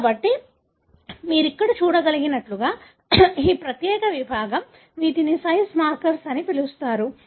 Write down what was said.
కాబట్టి మీరు ఇక్కడ చూడగలిగినట్లుగా ఈ ప్రత్యేక విభాగం వీటిని సైజ్ మార్కర్స్ అని పిలుస్తారు